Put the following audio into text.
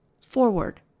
Forward